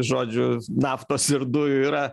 žodžiu naftos ir dujų yra